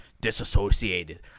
disassociated